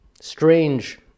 strange